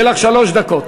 יהיו לך שלוש דקות.